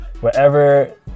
wherever